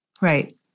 Right